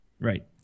right